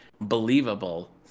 believable